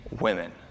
women